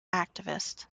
activist